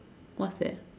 what's that